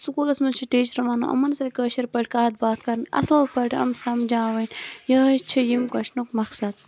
سکوٗلَس منٛز چھِ ٹیٖچرَن وَنُن یِمَن سۭتۍ کٲشِر پٲٹھۍ کَتھ باتھ کَرٕنۍ اَصۭل پٲٹھۍ یِم سَمجاوٕنۍ یِہَے چھِ ییٚمہِ کوسچنُک مقصَد